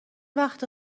وقت